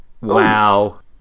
Wow